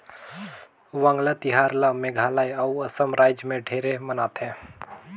वांगला तिहार ल मेघालय अउ असम रायज मे ढेरे मनाथे